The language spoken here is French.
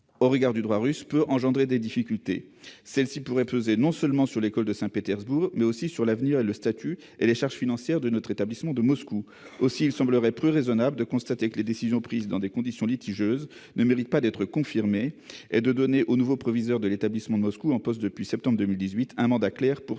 au regard du droit russe peut engendrer des difficultés. Celles-ci pourraient peser non seulement sur l'école de Saint-Pétersbourg, mais aussi sur l'avenir, le statut et les charges financières de notre établissement de Moscou. Aussi, il semblerait plus raisonnable de constater que les décisions prises dans des conditions litigieuses ne méritent pas d'être confirmées, et de donner au nouveau proviseur de l'établissement de Moscou, en poste depuis septembre 2018, un mandat clair pour